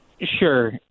Sure